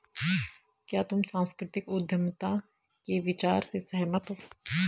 क्या तुम सांस्कृतिक उद्यमिता के विचार से सहमत हो?